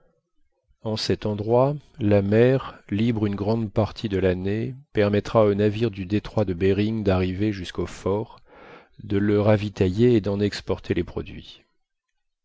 en cet endroit la mer libre une grande partie de l'année permettra aux navires du détroit de behring d'arriver jusqu'au fort de le ravitailler et d'en exporter les produits